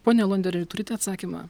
pone alonderi turite atsakymą